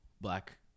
black